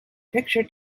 picture